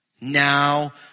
Now